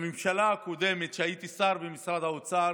בממשלה הקודמת, כשהייתי שר במשרד האוצר,